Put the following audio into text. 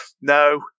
No